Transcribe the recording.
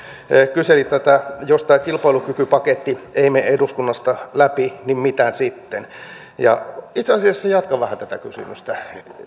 kyselivät tätä että jos tämä kilpailukykypaketti ei mene eduskunnasta läpi niin mitä sitten itse asiassa jatkan vähän tätä kysymystä